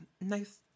Nice